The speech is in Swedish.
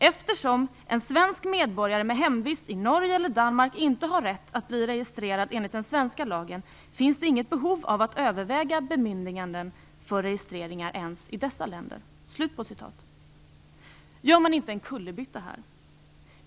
Eftersom en svensk medborgare med hemvist i Norge eller Danmark inte har rätt att bli registrerad enligt den svenska lagen finns det inget behov av att överväga bemyndiganden för registreringar ens i dessa länder." Men gör man inte en kullerbytta här?